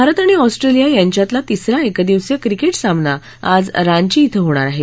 भारत आणि ऑस्ट्रेलिया यांच्यातला तिसरा एकदिवसीय क्रिकेट सामना आज रांची क्रिं होणार आहे